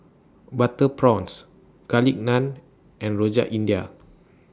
Butter Prawns Garlic Naan and Rojak India